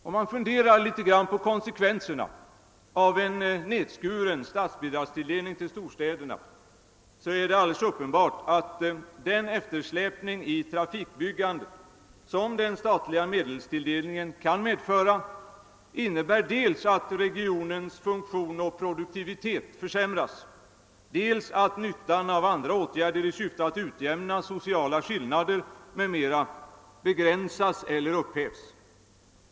Om man funderar litet över konsekvenserna av en nedskuren statsbidragstilldelning till storstäderna är det alldeles uppenbart att den eftersläpning i trafikbyggandet som den statliga medelstilldelningen kan medföra dels innebär att regionens funktion och produktivitet försämras, dels att nyttan av andra åtgärder i syfte att utjämna sociala skillnader m.m. begränsas eller upphävs.